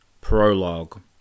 Prologue